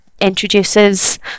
introduces